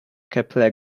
capella